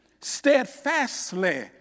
steadfastly